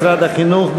משרד החינוך,